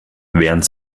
während